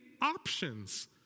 options